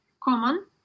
common